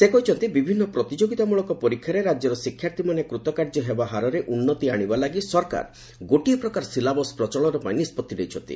ସେ କହିଛନ୍ତି ବିଭିନ୍ନ ପ୍ରତିଯୋଗିତାମ୍ଳକ ପରୀକ୍ଷାରେ ରାକ୍ୟର ଶିକ୍ଷାର୍ଥୀମାନେ କୃତକାର୍ଯ୍ୟ ହେବା ହାରରେ ଉନ୍ତି ଆଶିବା ଲାଗି ସରକାର ଗୋଟିଏ ପ୍ରକାର ସିଲାବସ୍ ପ୍ରଚଳନ ପାଇଁ ନିଷ୍ଟଉି ନେଇଛନ୍ତି